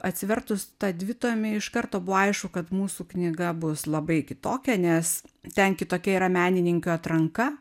atsivertus tą dvitomį iš karto buvo aišku kad mūsų knyga bus labai kitokia nes ten kitokia yra menininkių atranka